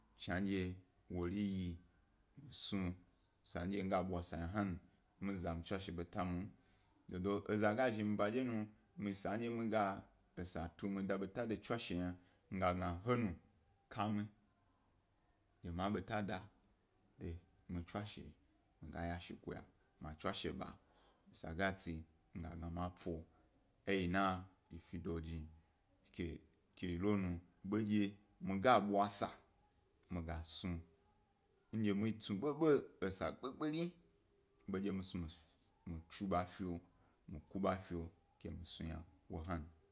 Shandye wori yi mi snu, sandye mi ga bwa sa yna hwan, mi za mi tswashe beta ḃo mum, dodo eza ga zhi miba dye nu sandye mi ga esa tu mi ga da beta de mi tswasle yna mi ga gna ha nu ka mi, ge ma ḃeta da de mi tswashe mi ga yashi kuya mi tswashe ḃa esa ga tsi mi ga gna ma po, eyi na. Fi jni ke, ke eyi lonu, ḃendye mi bwa sa mi gas nu, ndye mi snu ḃoḃom esa gbo-gbori, mi snu fi, mi tsu ḃa fi wo, mi ku fiwo yna hna. nke mi snu yna